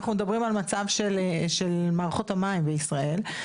אנחנו מגיעים למצב של מערכות המים בישראל.